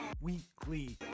Weekly